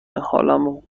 حالمو